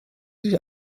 sich